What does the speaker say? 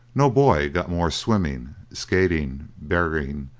no boy got more swimming skating, berrying,